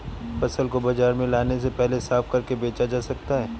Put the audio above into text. फसल को बाजार में लाने से पहले साफ करके बेचा जा सकता है?